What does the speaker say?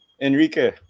enrique